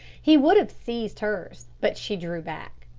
he would have seized hers, but she drew back.